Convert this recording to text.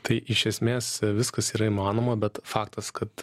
tai iš esmės viskas yra įmanoma bet faktas kad